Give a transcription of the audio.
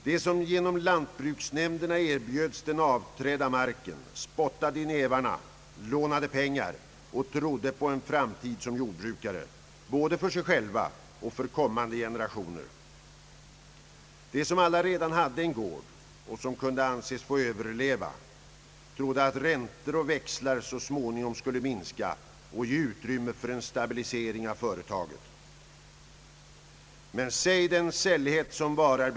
De som genom lantbruksnämnderna erbjöds den avträdda marken spottade i nävarna, lånade pengar och trodde på en framtid som jordbru kare, både för sig själva och för kommande generationer. De som redan hade en gård som kunde anses få överleva trodde att räntor och växlar så småningom skulle minska och ge utrymme för en stabilisering av företaget. Men säg den sällhet som varar.